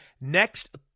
next